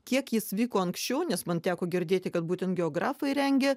kiek jis vyko anksčiau nes man teko girdėti kad būtent geografai rengia